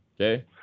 okay